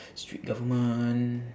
strict government